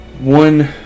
One